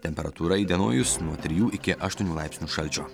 temperatūra įdienojus nuo trijų iki aštuonių laipsnių šalčio